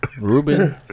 Ruben